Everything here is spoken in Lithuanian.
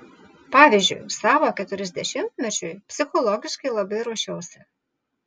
pavyzdžiui savo keturiasdešimtmečiui psichologiškai labai ruošiausi